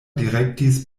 direktis